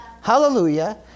Hallelujah